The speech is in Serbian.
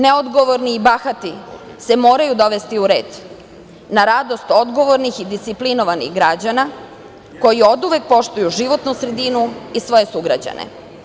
Neodgovorni i bahati se moraju dovesti u red, na radost odgovornih i disciplinovanih građana, koji oduvek poštuju životnu sredinu i svoje sugrađane.